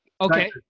Okay